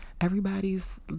Everybody's